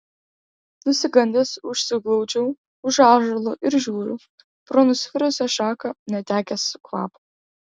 nusigandęs užsiglaudžiau už ąžuolo ir žiūriu pro nusvirusią šaką netekęs kvapo